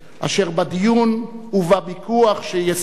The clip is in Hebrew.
אשר בדיון ובוויכוח יסודו,